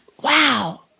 Wow